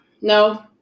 no